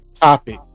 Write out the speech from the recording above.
topic